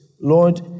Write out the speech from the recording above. lord